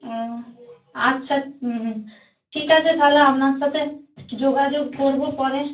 আচ্ছা ঠিক আছে তাহলে আপনার সাথে যোগাযোগ করবো পরে